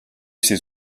ses